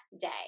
day